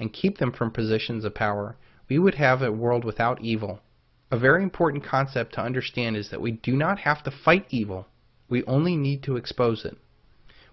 and keep them from positions of power we would have a world without evil a very important concept to understand is that we do not have to fight evil we only need to expose it